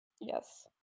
Yes